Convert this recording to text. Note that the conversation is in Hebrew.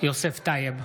יוסף טייב,